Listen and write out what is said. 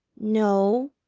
no,